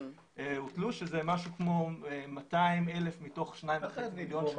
שהוטלו, שזה משהו כמו 200,000 מתוך 2.5 מיליון.